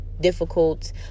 difficult